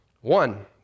One